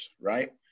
right